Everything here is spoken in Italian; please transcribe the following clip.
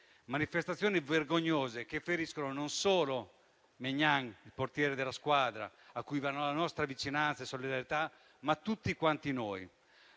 manifestazioni vergognose che feriscono non solo Maignan, il portiere della squadra, a cui vanno la nostra vicinanza e solidarietà, ma tutti quanti noi.